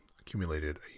accumulated